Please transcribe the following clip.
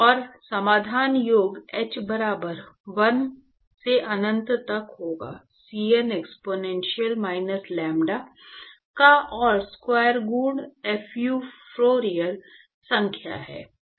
और समाधान योग n बराबर 1 से अनंत तक होगा Cn एक्सपोनेंशियल माइनस लैम्ब्डा का और स्क्वायर गुणा Fo फूरियर संख्या है